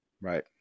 Right